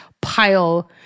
pile